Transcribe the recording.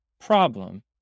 problem